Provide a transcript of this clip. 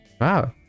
wow